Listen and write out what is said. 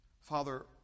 Father